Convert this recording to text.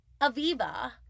Aviva